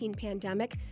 pandemic